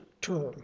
term